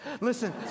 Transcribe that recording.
Listen